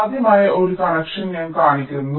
സാധ്യമായ ഒരു കണക്ഷൻ ഞാൻ കാണിക്കുന്നു